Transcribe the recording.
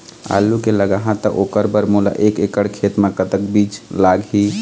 आलू मे लगाहा त ओकर बर मोला एक एकड़ खेत मे कतक बीज लाग ही?